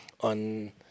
on